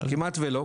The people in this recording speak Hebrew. לא, כמעט ולא.